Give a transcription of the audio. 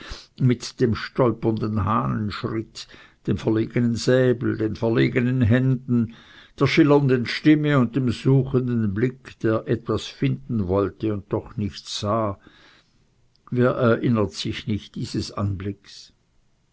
mit dem stolpernden hahnenschritt dem verlegenen säbel den verlegenen händen der schillernden stimme und dem suchenden blick der etwas finden wollte und doch nichts sah wer erinnert sich nicht dieses anblicks